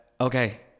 Okay